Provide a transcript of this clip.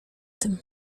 tym